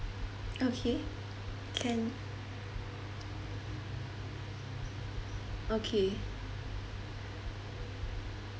okay can okay